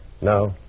No